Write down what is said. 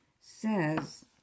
says